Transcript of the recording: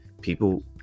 People